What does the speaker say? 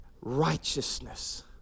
righteousness